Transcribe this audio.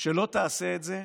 שלא תעשה את זה,